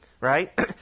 right